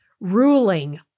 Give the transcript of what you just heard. ruling